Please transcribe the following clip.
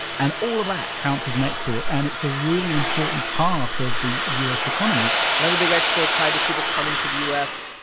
and all of that counts as an export, and it's a really important part of the u s. economy another big export tied to people coming to the u s.